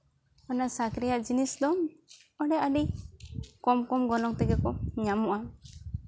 ᱚᱱᱟ ᱥᱟᱸᱠ ᱨᱮᱭᱟᱜ ᱡᱤᱱᱤᱥ ᱫᱚ ᱚᱸᱰᱮ ᱟᱹᱰᱤ ᱠᱚᱢ ᱠᱚᱢ ᱜᱚᱱᱚᱝ ᱛᱮᱜᱮ ᱠᱚ ᱧᱟᱢᱚᱜᱼᱟ